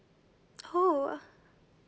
[ho]